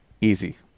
Easy